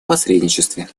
посредничестве